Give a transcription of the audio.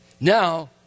Now